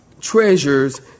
treasures